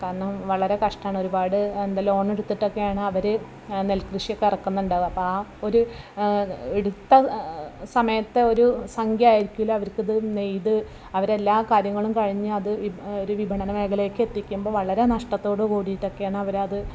കാരണം വളരെ കഷ്ടമാണ് ഒരുപാട് എന്താ ലോണെടുത്തിട്ടൊക്കെയാണ് അവർ നെൽക്കൃഷിയൊക്ക ഇറക്കുന്നുണ്ട് അപ്പോൾ ആ ഒരു എടുത്ത സമയത്തെ ഒരു സംഖ്യ ആയിരിക്കില്ല അവർക്ക് ഇത് നെയ്ത് അവരെല്ലാ കാര്യങ്ങളും കഴിഞ്ഞ് അത് ഒരു വിപണന മേഖലയ്ക്ക് എത്തിക്കുമ്പോൾ വളരെ നഷ്ടത്തോടു കൂടിയിട്ടൊക്കെയാണ് അവരത്